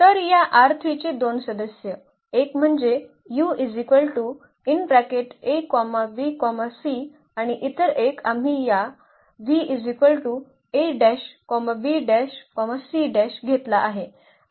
तर या चे 2 सदस्य एक म्हणजे आणि इतर एक आम्ही हा घेतला आहे